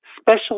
special